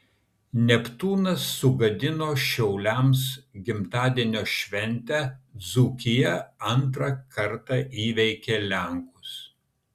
neptūnas sugadino šiauliams gimtadienio šventę dzūkija antrą kartą įveikė lenkus